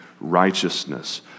righteousness